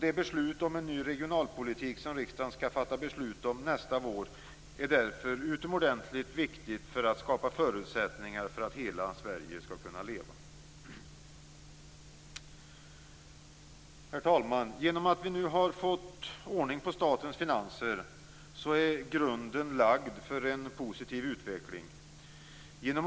Det beslut om en ny regionalpolitik som riksdagen skall fatta nästa vår är därför utomordentligt viktigt för att skapa förutsättningar för att hela Sverige skall leva. Herr talman! Genom att vi nu fått ordning på statens finanser är grunden lagd för en positiv utveckling.